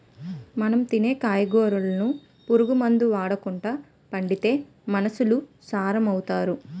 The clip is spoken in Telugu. మనం తినే కూరగాయలను పురుగు మందులు ఓడకండా పండిత్తే మనుసులు సారం అవుతారు